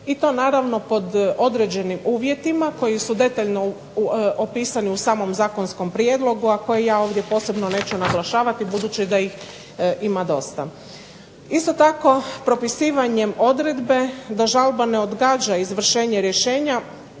i to naravno pod određenim uvjetima koji su detaljno opisani u samom zakonskom prijedlogu, a koji ja ovdje posebno neću naglašavati, budući da ih ima dosta. Isto tako propisivanjem odredbe, da žalba ne odgađa izvršenje rješenja